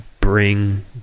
bring